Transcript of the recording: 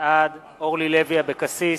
בעד אורלי לוי אבקסיס,